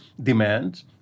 demand